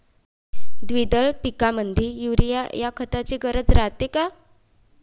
द्विदल पिकामंदी युरीया या खताची गरज रायते का?